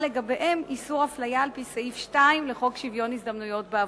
לגביהם איסור אפליה על-פי סעיף 2 לחוק שוויון ההזדמנויות בעבודה.